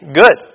good